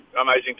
amazing